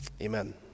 Amen